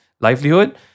livelihood